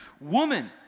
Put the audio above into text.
woman